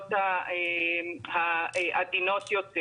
הפעולות העדינות יותר.